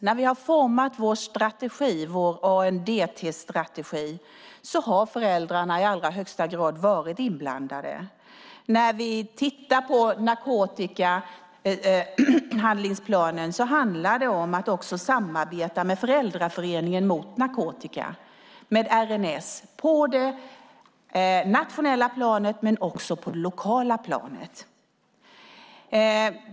När vi har format vår ANDT-strategi har föräldrarna i allra högsta grad varit inblandade. När vi tittar på narkotikahandlingsplanen handlar det också om att samarbeta med Föräldraföreningen mot narkotika och RMS på det nationella planet och på det lokala planet.